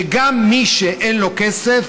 שגם מי שאין לו כסף,